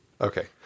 okay